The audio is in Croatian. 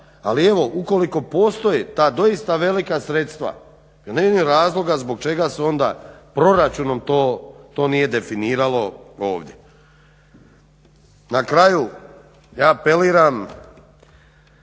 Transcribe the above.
Ali evo ukoliko postoje ta doista velika sredstva ja ne vidim razloga zbog čega se onda proračunom to nije definiralo ovdje. Na kraju ja apeliram